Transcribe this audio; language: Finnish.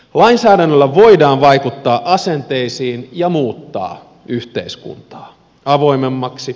lainsäädännöllä voidaan vaikuttaa asenteisiin ja muuttaa yhteiskuntaa avoimemmaksi